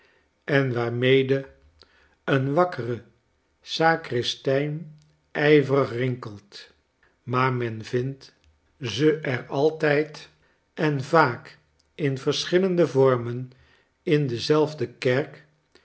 en waarmede een wakkere sacristijn ijverigrinkelt maar men vindt ze er altijd en vaak in verschillende vormen in dezelfde kerk